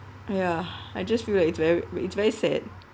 ya I just feel like it's very it's very sad